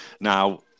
Now